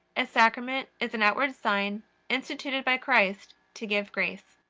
a sacrament is an outward sign instituted by christ to give grace.